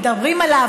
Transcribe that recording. מדברים עליו,